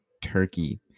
Turkey